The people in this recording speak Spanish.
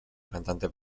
cantante